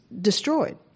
destroyed